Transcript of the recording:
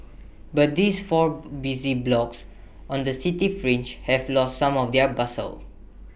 but these four busy blocks on the city fringe have lost some of their bustle